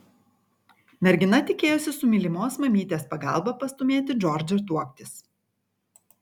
mergina tikėjosi su mylimos mamytės pagalba pastūmėti džordžą tuoktis